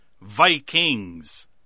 Vikings